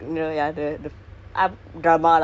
between the zelda and genshin